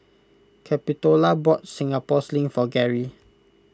Capitola bought Singapore Sling for Gary